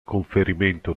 conferimento